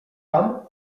tam